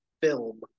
film